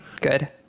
Good